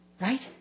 Right